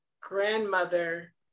grandmother